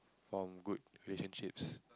form good relationships